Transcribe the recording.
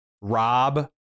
rob